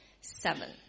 Seven